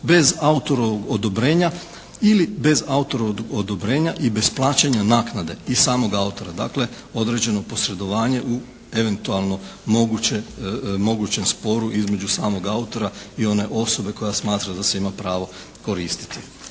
bez autorovog odobrenja ili bez autorovog odobrenja i bez plaćanja naknade i samog autora. Dakle određeno posredovanje u eventualno moguće, mogućem sporu između samog autora i one osobe koja smatra da se ima pravo koristiti